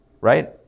right